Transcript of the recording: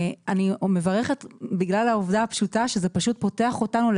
אני מברכת בגלל העובדה הפשוטה שזה פשוט פותח אותנו,